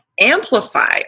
amplify